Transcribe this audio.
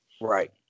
Right